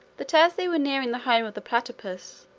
that as they were nearing the home of the platypus,